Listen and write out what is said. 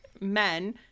men